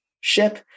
ship